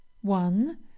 one